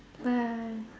bye